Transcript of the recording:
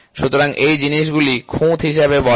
সুতরাং এই জিনিসগুলি খুঁত হিসাবে বলা হয়